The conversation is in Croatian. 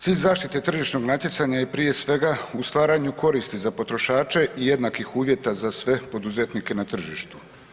Cilj zaštite tržišnog natjecanja je prije svega u stvaranju koristi za potrošače i jednakih uvjeta za sve poduzetnike na tržištu.